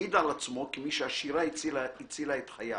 מעיד על עצמו כמי שהשירה הצילה את חייו.